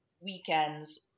weekends